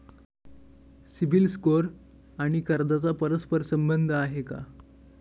CIBIL score आणि कर्जाचा परस्पर संबंध आहे का?